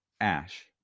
Ash